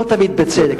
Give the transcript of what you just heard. לא תמיד בצדק,